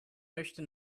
möchte